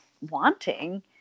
wanting